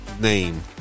name